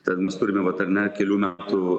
ten mes turime vat ar ne kelių metų